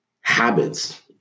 habits